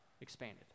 expanded